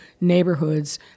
neighborhoods